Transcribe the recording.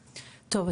טוב,